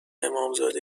امامزاده